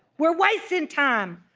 we're wasting time.